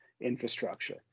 infrastructure